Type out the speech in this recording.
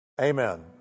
amen